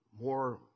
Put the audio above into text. more